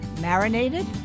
marinated